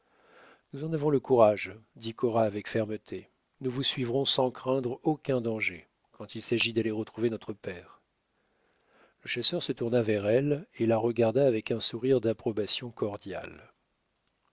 nous en avons le courage dit cora avec fermeté nous vous suivrons sans craindre aucun danger quand il s'agit d'aller retrouver notre père le chasseur se tourna vers elle et la regarda avec un sourire d'approbation cordiale